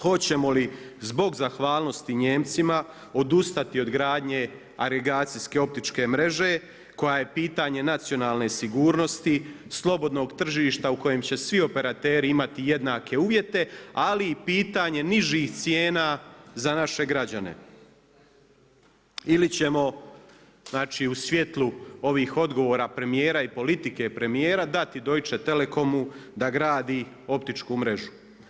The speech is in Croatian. Hoćemo li zbog zahvalnosti Nijemcima odustati od gradnje agregacijske optičke mreže koja je pitanje nacionalne sigurnosti, slobodnog tržišta u kojem će svi operateri imati jednake uvjete ali i pitanje nižih cijena za naše građane ili ćemo znači u svjetlu ovih odgovora premijera i politike premijera dati Deutche Telekomu da gradi optičku mrežu.